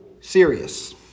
serious